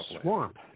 swamp